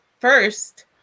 first